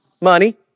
Money